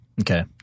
Okay